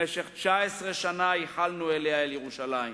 במשך 19 שנה ייחלנו אליה, אל ירושלים.